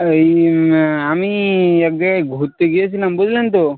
আর এই আমি এক জায়গায় ঘুরতে গিয়েছিলাম বুঝলেন তো